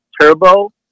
turbo